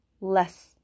less